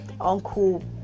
Uncle